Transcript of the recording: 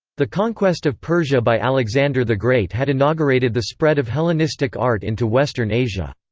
the conquest of persia by alexander the great had inaugurated the spread of hellenistic art into western asia.